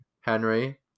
Henry